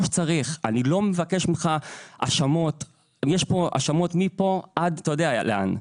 שצריך יש פה האשמות מפה עד אתה יודע לאן.